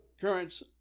currents